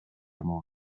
amor